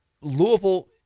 Louisville